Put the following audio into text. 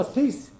peace